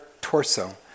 torso